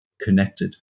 connected